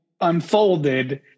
unfolded